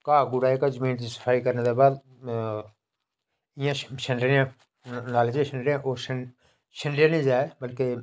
ओह् अंग्रेजी बिच गै छपे दा होग उसदे कन्नै स्हाड़े बच्चें गी केश मुश्कल आनी ऐ ते समझना कि अगर डोगरी दे बिच बी कताबां आई जान